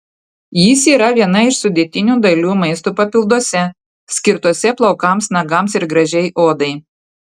jis yra viena iš sudėtinių dalių maisto papilduose skirtuose plaukams nagams ir gražiai odai